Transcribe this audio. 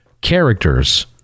characters